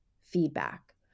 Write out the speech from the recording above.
feedback